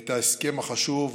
את ההסכם החשוב,